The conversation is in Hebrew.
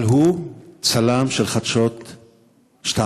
אבל הוא צלם של חדשות 2,